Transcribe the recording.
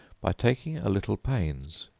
by taking a little pains.